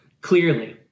clearly